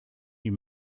you